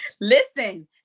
Listen